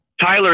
Tyler